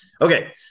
Okay